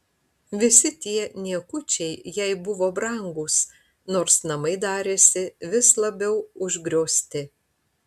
visi tie niekučiai jai buvo brangūs nors namai darėsi vis labiau užgriozti